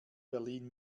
berlin